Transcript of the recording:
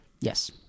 yes